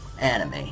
anime